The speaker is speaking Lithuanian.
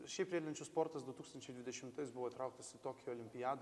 šiaip riedlenčių sportas du tūkstančiai dvidešimtais buvo įtrauktas į tokijo olimpiadą